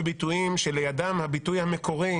כמובן שאנחנו בקואליציה רוצים להעביר את זה לוועדת העבודה והרווחה.